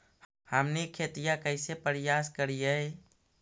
हमनी खेतीया कइसे परियास करियय?